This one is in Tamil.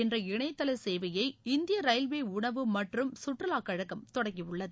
என்ற இணையதள சேவையை இந்திய ரயில்வே உணவு மற்றும் சுற்றுலா கழகம் தொடங்கியுள்ளது